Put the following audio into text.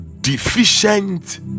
deficient